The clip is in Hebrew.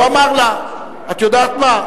הוא אמר לה: את יודעת מה,